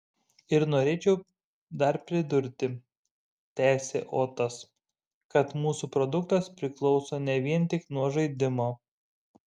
ir norėčiau dar pridurti tęsė otas kad mūsų produktas priklauso ne vien tik nuo žaidimo